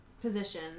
position